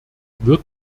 wird